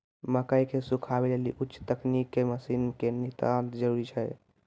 मकई के सुखावे लेली उच्च तकनीक के मसीन के नितांत जरूरी छैय?